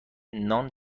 نان